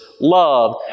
love